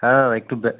হ্যাঁ দাদা একটু ব্য